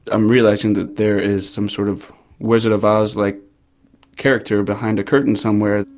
i'm realising that there is some sort of wizard of oz like character behind a curtain somewhere,